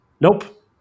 Nope